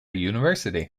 university